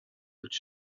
być